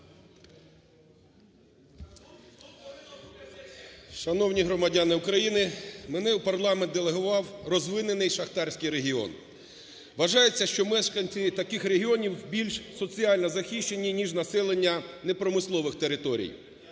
Шановні громадяни України! Мене в парламент делегував розвинений шахтарський регіон. Вважається, що мешканці таких регіонів більш соціально захищені ніж населення не промислових територій.